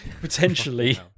potentially